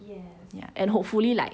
ya and hopefully like